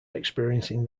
experiencing